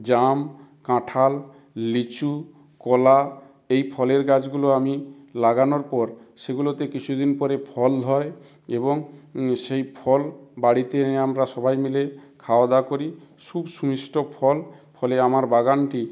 জাম কাঁঠাল লিচু কলা এই ফলের গাছগুলো আমি লাগানোর পর সেগুলোতে কিছু দিন পরে ফল হয় এবং সেই ফল বাড়িতে এনে আমরা সবাই মিলে খাওয়াদাওয়া করি সুমিষ্ট ফল ফলে আমার বাগানটি